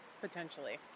potentially